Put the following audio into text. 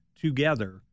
together